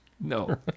No